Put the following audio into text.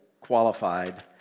qualified